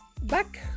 back